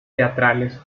teatrales